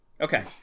Okay